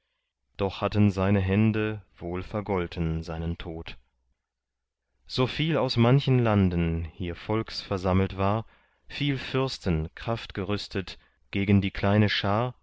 doch hatten seine hände wohl vergolten seinen tod so viel aus manchen landen hier volks versammelt war viel fürsten kraftgerüstet gegen die kleine schar